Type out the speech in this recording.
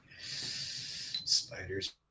Spiders